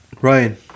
Ryan